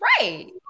right